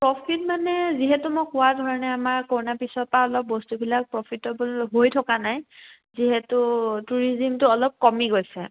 profit মানে যিহেতু মই কোৱাৰ ধৰণে আমাৰ কৰোনাৰ পিছৰপৰা অলপ বস্তুবিলাক প্ৰফিটেবল হৈ থকা নাই যিহেতু টুৰিজিমটো অলপ কমি গৈছে